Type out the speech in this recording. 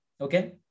Okay